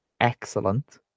excellent